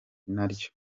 naryo